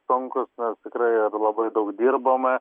sunkūs nes tikrai labai daug dirbome